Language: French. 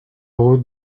route